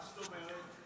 מה זאת אומרת?